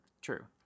True